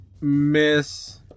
miss